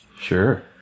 Sure